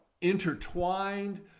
intertwined